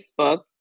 Facebook